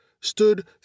stood